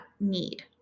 need